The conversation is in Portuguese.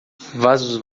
vasos